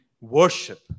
worship